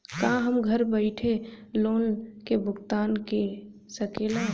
का हम घर बईठे लोन के भुगतान के शकेला?